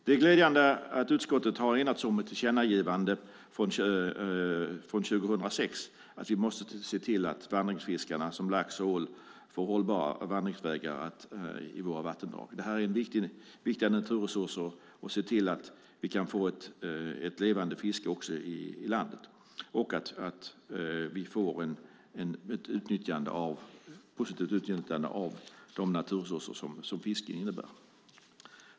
Det är glädjande att utskottet har enats kring ett tillkännagivande från 2006 om att vi måste se till att vandringsfiskarna, som lax och ål, får hållbara vandringsvägar i våra vattendrag. Det här är viktiga naturresurser. Det handlar också om att se till att vi kan få ett levande fiske i landet och att vi får ett positivt utnyttjande av de naturresurser som fiske innebär.